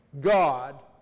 God